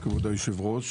כבוד היו"ר,